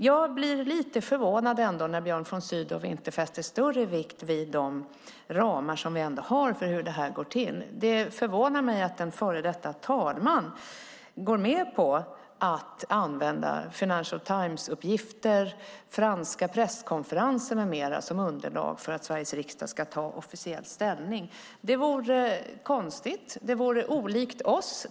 Jag blir ändå lite förvånad när Björn von Sydow inte fäster större vikt vid de ramar som vi har för hur det här ska gå till. Det förvånar mig att en före detta talman går med på att använda Financial Times-uppgifter, franska presskonferenser med mera som underlag för att Sveriges riksdag ska ta officiell ställning. Det vore konstigt. Det vore olikt oss.